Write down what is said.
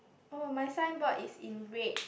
oh my signboard is in red